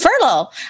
furlough